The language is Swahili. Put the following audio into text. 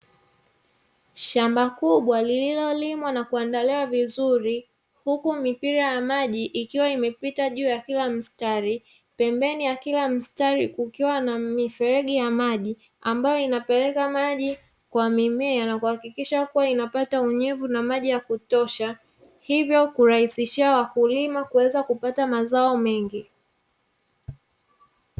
Shamba kubwa lililolimwa na kuandaliwa vizuri, huku mipira ya maji ikiwa imepita juu ya kila mstari; pembeni ya kila mstari kukiwa na mifereji ya maji ambayo inapeleka maji kwa mimea na kuhakikisha kuwa inapata unyevu na maji ya kutosha, hivyo kurahisishia wakulima kuweza kupata mazao mengi.